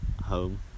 home